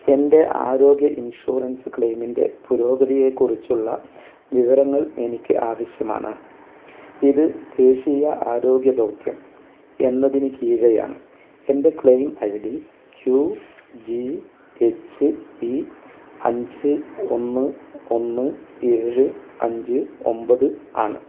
എൻ്റെ ആരോഗ്യ ഇൻഷുറൻസ് ക്ലെയിമിൻ്റെ പുരോഗതിയെക്കുറിച്ചുള്ള വിവരങ്ങൾ എനിക്കാവശ്യമാണ് ഇത് ദേശീയ ആരോഗ്യ ദൗത്യം എന്നതിന് കീഴെയാണ് എൻ്റെ claim ID Q G H E ഇ അഞ്ച് ഒന്ന് ഒന്ന് ഏഴ് അഞ്ച് ഒമ്പത് ആണ്